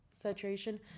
saturation